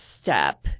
step